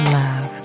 love